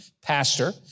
pastor